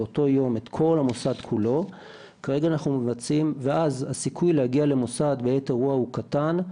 באותו יום את כל המוסד כולו ואז הסיכוי להגיע למוסד בעת אירוע הוא קטן,